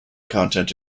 content